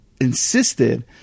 Insisted